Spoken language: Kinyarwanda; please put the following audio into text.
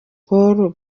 paul